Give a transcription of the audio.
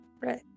Right